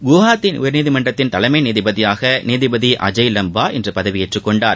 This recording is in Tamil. குவஹாத்தி உயர்நீதிமன்றத்தின் தலைமை நீதிபதியாக நீதிபதி அஜய் லம்பா இன்று பதவியேற்றுக் கொண்டார்